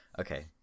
Okay